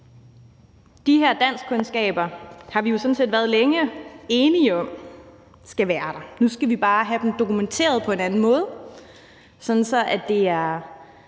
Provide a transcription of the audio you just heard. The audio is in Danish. De her danskkundskaber har vi jo sådan set længe været enige om skal være der; nu skal vi bare have dem dokumenteret på en anden måde, sådan at det er